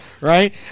right